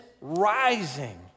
rising